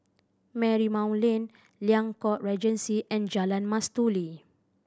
Marymount Lane Liang Court Regency and Jalan Mastuli